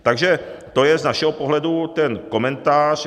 Takže to je z našeho pohledu ten komentář.